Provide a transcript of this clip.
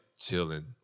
chilling